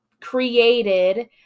created